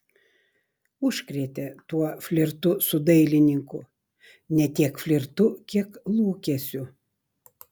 užkrėtė tuo flirtu su dailininku ne tiek flirtu kiek lūkesiu